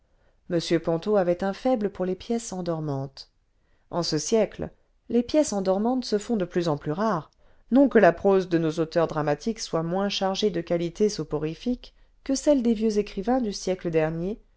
m ponto avait un faible pour les pièces endormantes en ce siècle les pièces endormantes se font de dortoir des grands magasins du trocadéro lé vingtième siècle pins en pins raies nôa que laprose de nos auteurs dramatiques soit moins chargée de qualités soporifiques que celle des vieux écrivains du siècle der